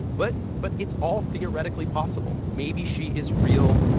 but but it's all theoretically possible. maybe she is real,